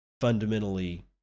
fundamentally